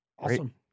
awesome